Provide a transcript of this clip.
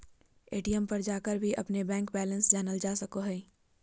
ATM पर जाकर भी अपन बैंक बैलेंस जानल जा सको हइ